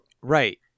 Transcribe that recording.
Right